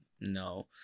no